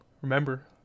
Remember